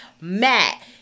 Matt